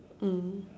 mm